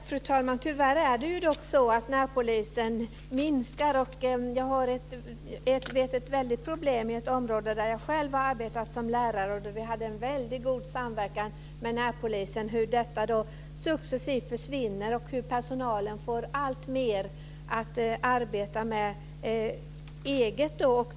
Fru talman! Tyvärr är det dock så att antalet närpoliser minskar. Jag vet att det är ett stort problem i ett område där jag själv har arbetat som lärare. Vi hade en väldigt god samverkan med närpolisen. Det här försvinner då successivt, och personalen får alltmer att arbeta med.